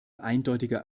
eindeutige